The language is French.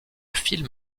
film